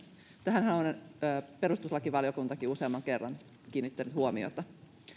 tähänhän on perustuslakivaliokuntakin useamman kerran kiinnittänyt huomiota